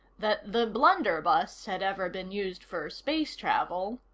that the blunderbuss had ever been used for space travel,